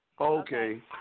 Okay